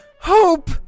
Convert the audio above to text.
Hope